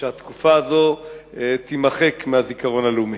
והתקופה הזאת תימחק מהזיכרון הלאומי.